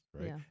right